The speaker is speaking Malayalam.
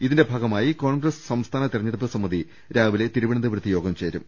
ഇതിന്റെ ഭാഗമായി കോൺഗ്രസ് സംസ്ഥാന തെര ഞ്ഞെടുപ്പ് സമിതി രാവിലെ തിരുവനന്തപുരത്ത് യോഗം ചേരും